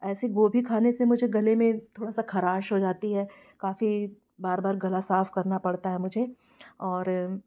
ऐसे गोभी खाने से मुझे गले में थोड़ा सा ख़राश हो जाती है काफ़ी बार बार गला साफ़ करना पड़ता है मुझे और